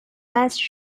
best